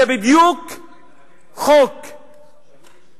זה חוק זהה,